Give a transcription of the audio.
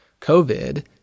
COVID